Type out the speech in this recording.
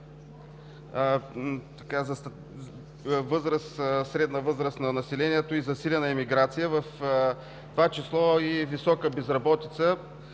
средна възраст на населението и засилена емиграция, в това число и висока безработица.